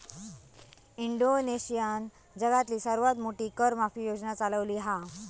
इंडोनेशियानं जगातली सर्वात मोठी कर माफी योजना चालवली हा